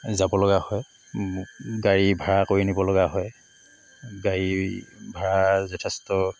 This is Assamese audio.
যাব লগা হয় গাড়ী ভাড়া কৰি নিব লগা হয় গাড়ী ভাড়া যথেষ্ট